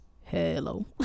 hello